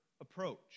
approach